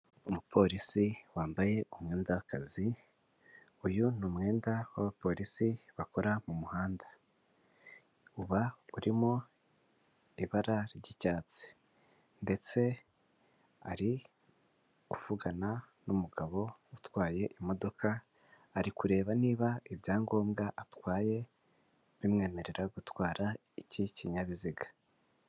Umupolisi wambaye umwenda w'akazi, uyu ni umwenda w'abapolisi bakora mu muhanda, uba urimo ibara ry'icyatsi ndetse ari kuvugana n'umugabo utwaye imodoka, ari kureba niba ibyangombwa atwaye bimwemerera gutwara iki kinyabiziga.